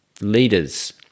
leaders